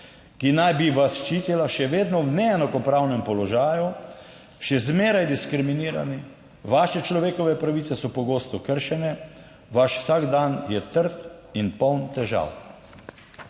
»ki naj bi vas ščitila, še vedno v neenakopravnem položaju, še zmeraj diskriminirani. Vaše človekove pravice so pogosto kršene, vaš vsakdan je trd in poln težav.«